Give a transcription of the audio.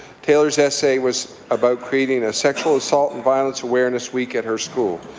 taylor's essay was about creating a sexual assault and violence awareness week at her school.